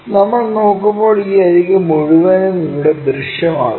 നമ്മൾ നോക്കുമ്പോൾ ഈ അരിക് മുഴുവൻ ഇവിടെ ദൃശ്യമാകും